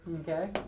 Okay